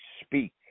speak